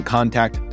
Contact